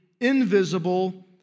invisible